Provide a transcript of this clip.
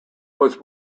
was